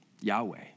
Yahweh